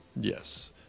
Yes